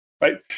right